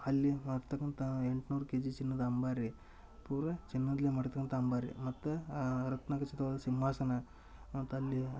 ಅಲ್ಲಿ ಮಾಡ್ತಕ್ಕಂಥ ಎಂಟ್ನೂರು ಕೆಜಿ ಚಿನ್ನದ ಅಂಬಾರಿ ಪೂರ ಚಿನ್ನದಲ್ಲೇ ಮಾಡಿದಂಥ ಅಂಬಾರಿ ಮತ್ತು ರತ್ನಖಚಿತವಾದ ಸಿಂಹಾಸನ ಮತ್ತೆ ಅಲ್ಲಿ